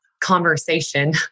conversation